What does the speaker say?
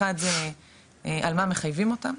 אחד על מה מחייבים אותם,